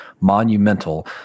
Monumental